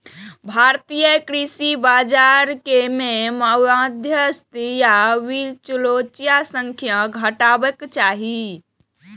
भारतीय कृषि बाजार मे मध्यस्थ या बिचौलिया के संख्या घटेबाक चाही